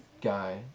guy